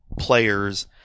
players